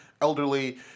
elderly